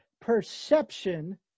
perception